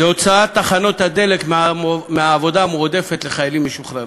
הוצאת תחנות הדלק מהעבודה המועדפת של חיילים משוחררים.